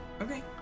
Okay